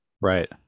right